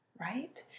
right